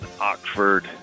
Oxford